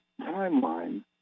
timeline